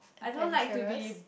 adventurous